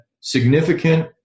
significant